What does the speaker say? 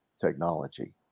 technology